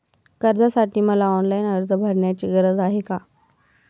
कर्जासाठी मला ऑनलाईन अर्ज करण्याची गरज आहे का?